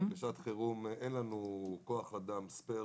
בשעת חירום אין לנו כוח-אדם ספייר